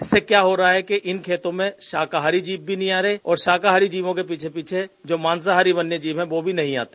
इससे क्या हो रहा है कि इन खेतों में शाकाहारी जीव भी नहीं आ रहे है और शाकाहारी जीवों के पीछे पीछे जो मांसाहारी वन्य जीव है वह भी नहीं आते